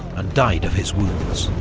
and died of his wounds.